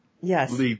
Yes